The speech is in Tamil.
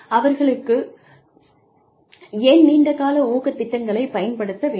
அவர்களுக்கு ஏன் நீண்ட கால ஊக்கத் திட்டங்களைப் பயன்படுத்த வேண்டும்